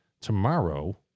tomorrow